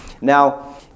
Now